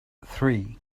three